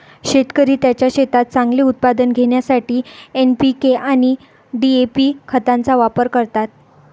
शेतकरी त्यांच्या शेतात चांगले उत्पादन घेण्यासाठी एन.पी.के आणि डी.ए.पी खतांचा वापर करतात